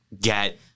get